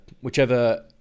whichever